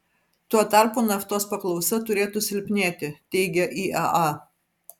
tuo tarpu naftos paklausa turėtų silpnėti teigia iea